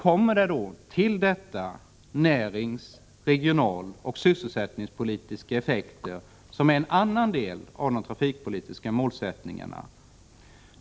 Till detta kommer sedan närings-, regionaloch sysselsättningspolitiska effekter, som är andra delar av den trafikpolitiska målsättningen.